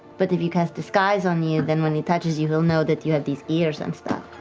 but if you cast disguise on you, then when he touches you, he'll know that you have these ears and stuff.